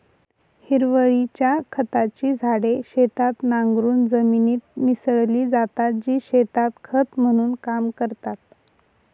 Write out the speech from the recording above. हिरवळीच्या खताची झाडे शेतात नांगरून जमिनीत मिसळली जातात, जी शेतात खत म्हणून काम करतात